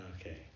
Okay